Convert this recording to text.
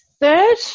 third